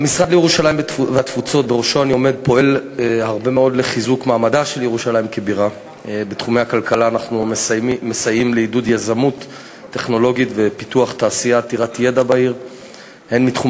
1 2. המשרד